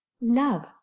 love